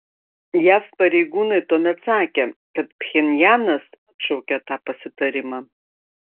jav pareigūnai tuomet sakė kad pchenjanas atšaukė tą pasitarimą